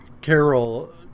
Carol